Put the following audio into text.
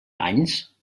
anys